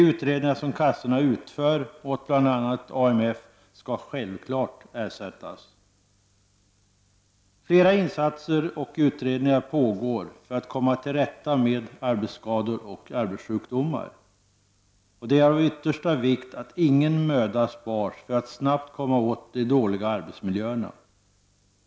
Utredningar som kassorna utför åt bl.a. AMF skall självfallet ersättas. Flera insatser och utredningar pågår för att komma till rätta med arbetsskador och arbetssjukdomar. Det är av yttersta vikt att ingen möda sparas för att snabbt komma åt de dåliga arbetsmiljöerna.